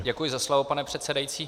Děkuji za slovo, pane předsedající.